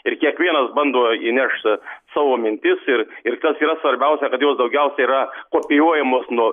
ir kiekvienas bando įnešt savo mintis ir ir tas yra svarbiausia kad jos daugiausiai yra kopijuojamos nuo